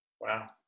Wow